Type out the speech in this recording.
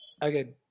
Again